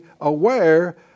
aware